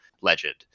legend